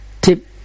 TIP